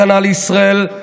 חבר הכנסת ארבל, שנייה.